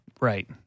Right